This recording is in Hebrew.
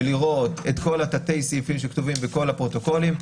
ולראות את כל תתי הסעיפים שכתובים בכל הפרוטוקולים,